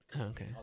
Okay